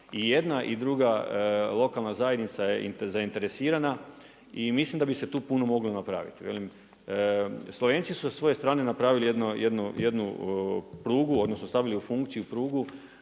I jedna i druga lokalna zajednica je zainteresiran i mislim da bi se tu moglo napraviti. Slovenci su sa svoje strane napravili jednu prugu, odnosno stavili u funkciju prugu